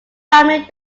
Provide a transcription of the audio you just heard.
family